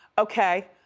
okay.